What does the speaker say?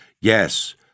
Yes